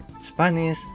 Spanish